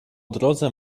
drodze